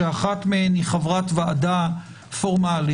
שאחת מהן היא חברת ועדה פורמלית,